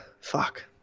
Fuck